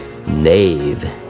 Nave